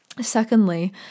Secondly